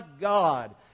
God